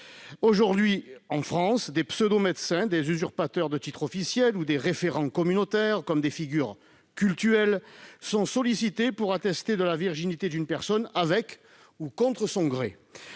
Aujourd'hui, en France, des pseudo-médecins, des usurpateurs de titres officiels ou des référents communautaires, comme des figures cultuelles, sont sollicités pour attester de la virginité d'une personne avec ou contre son gré.